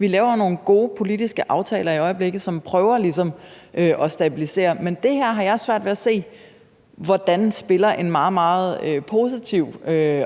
Vi laver nogle gode politiske aftaler i øjeblikket, som ligesom prøver at stabilisere, men jeg har svært ved at se, hvordan det spiller en meget, meget positiv